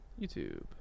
YouTube